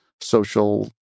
social